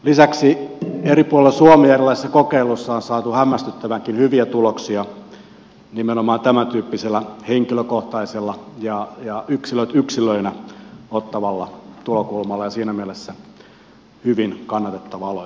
lisäksi eri puolilla suomea erilaisissa kokeiluissa on saatu hämmästyttävänkin hyviä tuloksia nimenomaan tämäntyyppisellä henkilökohtaisella ja yksilöt yksilöinä ottavalla tulokulmalla ja siinä mielessä hyvin kannatettava aloite